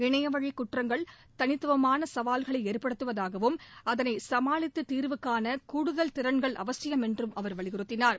இணையவழி குற்றங்கள் தனித்துவமான சவால்களை ஏற்படுத்துவதாகவும் அதனை சமாளித்து தீர்வுகான கூடுதல் திறன்கள் அவசியமென்றும் அவர் வலியுறுத்தினார்